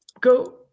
go